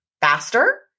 faster